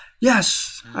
Yes